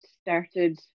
started